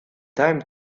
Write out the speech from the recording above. time